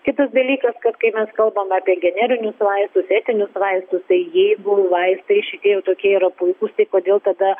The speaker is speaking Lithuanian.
kitas dalykas kad kai mes kalbam apie generinius vaistus etinius vaistus tai jeigu jau vaistai šitie jau tokie yra puikūs tai kodėl tada